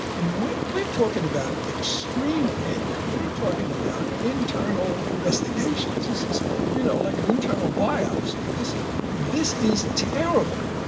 we're we're talking about extreme pain! we're talking about internal investigations. this is you know, like an internal biopsy. this is this is terrible.